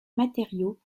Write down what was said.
matériau